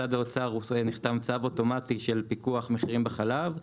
נחתם צו אוטומטי של פיקוח על מחירים בחלב,